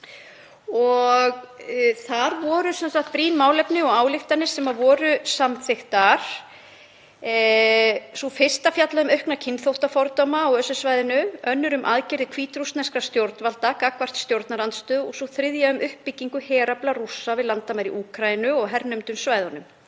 Þar voru brýn málefni rædd og ályktanir samþykktar. Sú fyrsta fjallaði um aukna kynþáttafordóma á ÖSE-svæðinu, önnur um aðgerðir hvítrússneskra stjórnvalda gagnvart stjórnarandstöðu og sú þriðja um uppbyggingu herafla Rússa við landamæri Úkraínu og á hernumdu svæðunum.